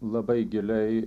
labai giliai